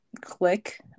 click